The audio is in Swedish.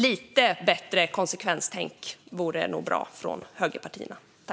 Lite bättre konsekvenstänk vore nog bra från högerpartierna.